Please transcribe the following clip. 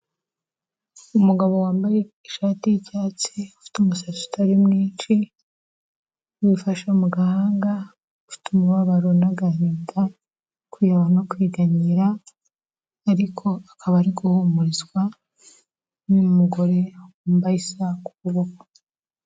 Umugabo wambaye ishati y'icyatsi, ufite umusatsi utari mwinshi, wifashe mu gahanga, ufite umubabaro n'agahinda, kwiheba no kwiganyira, ariko akaba ari guhumurizwa n'umugore wambaye isaha ku kuboko.